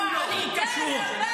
מה אני קשור?